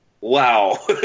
Wow